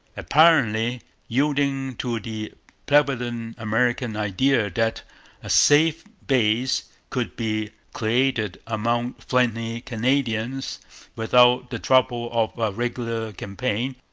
apparently yielding to the prevalent american idea that a safe base could be created among friendly canadians without the trouble of a regular campaign,